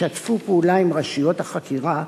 ישתפו פעולה עם רשויות החקירה,